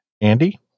Andy